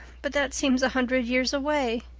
but that seems a hundred years away.